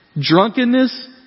Drunkenness